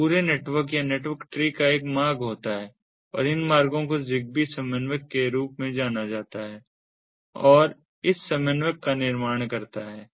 तो पूरे नेटवर्क या नेटवर्क ट्री का एक मार्ग होता है और इन मार्गों को ZigBee समन्वयक के रूप में जाना जाता है और इस समन्वयक का निर्माण करता है